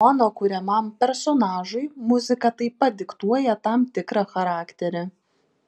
mano kuriamam personažui muzika taip pat diktuoja tam tikrą charakterį